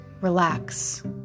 Relax